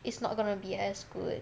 it's not gonna be as good